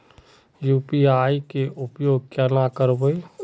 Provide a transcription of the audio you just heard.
UPI के उपयोग केना करबे?